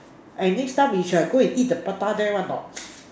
eh next time we shall go eat the prata there want a not